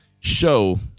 Show